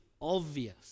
obvious